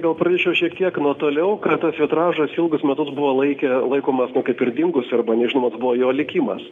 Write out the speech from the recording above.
gal pradėčiau šiek tiek nuo toliau kad tas vitražas ilgus metus buvo laikė laikomas kaip ir dingusiu arba nežinomas buvo jo likimas